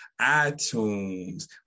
iTunes